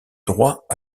droit